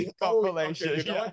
compilation